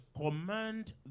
command